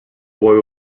boy